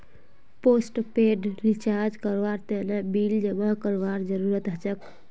postpaid recharge करवार तने bill जमा करवार जरूरत हछेक